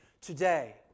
today